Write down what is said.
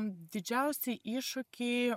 didžiausi iššūkiai